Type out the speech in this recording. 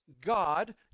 God